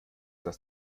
das